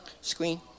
screen